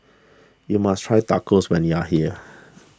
you must try Tacos when you are here